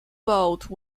vote